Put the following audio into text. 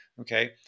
okay